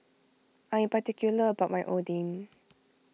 I am particular about my Oden